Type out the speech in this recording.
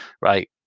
right